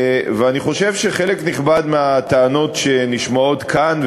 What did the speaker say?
אני חושב שחלק נכבד מהטענות שנשמעות כאן,